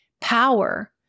power